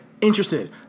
interested